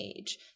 age